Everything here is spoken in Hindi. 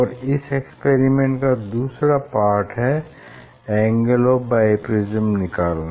और इस एक्सपेरिमेंट का दूसरा पार्ट है एंगल ऑफ़ बाइप्रिज्म निकालना